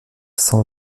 cent